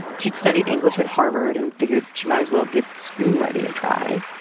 she'd studied english at harvard and figured she might as well give screenwriting a try.